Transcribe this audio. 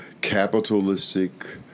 capitalistic